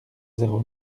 zéro